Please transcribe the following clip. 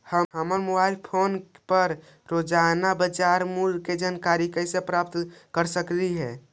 हम mobile phone पर रोजाना बाजार मूल्य के जानकारी कैसे प्राप्त कर सकली हे?